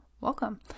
Welcome